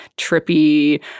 trippy